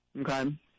Okay